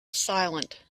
silent